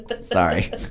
Sorry